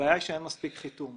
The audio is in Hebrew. הבעיה היא שאין מספיק חיתום.